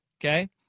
Okay